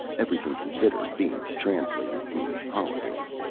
everything considered being translated means holidays.